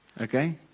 Okay